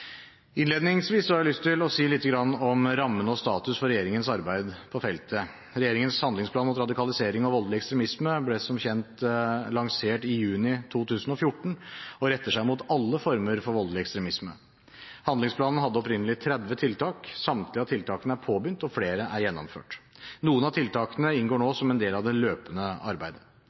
Innledningsvis har jeg lyst til å si lite grann om rammen og status for regjeringens arbeid på feltet. Regjeringens handlingsplan mot radikalisering og voldelig ekstremisme ble som kjent lansert i juni 2014 og retter seg mot alle former for voldelig ekstremisme. Handlingsplanen hadde opprinnelig 30 tiltak. Samtlige av tiltakene er påbegynt, og flere er gjennomført. Noen av tiltakene inngår nå som en del av det løpende arbeidet.